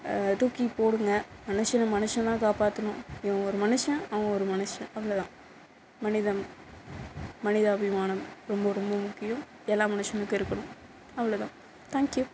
தூக்கிப் போடுங்க மனுஷனை மனுஷன்தான் காப்பாற்றணும் இவன் ஒரு மனுஷன் அவன் ஒரு மனுஷன் அவ்வளோதான் மனிதம் மனிதாபிமானம் ரொம்ப ரொம்ப முக்கியம் எல்லா மனுஷனுக்கு இருக்கணும் அவ்வளோதான் தேங்க்யூ